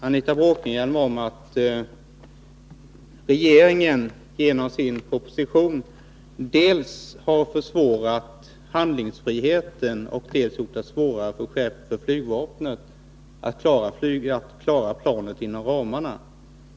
Anita Bråkenhielm påstår att regeringen genom sin proposition dels har minskat handlingsfriheten, dels gjort det svårare för chefen för flygvapnet att klara planet inom ramarna.